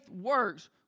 works